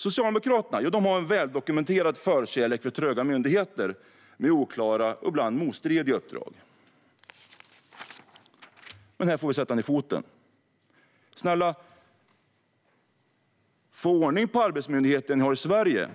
Socialdemokraterna har en väldokumenterad förkärlek för tröga myndigheter med oklara och ibland motstridiga uppdrag. Men här får vi sätta ned foten. Snälla, få ordning på den arbetsmyndighet ni har i Sverige,